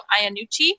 Iannucci